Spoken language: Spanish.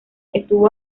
estuvo